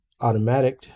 automatic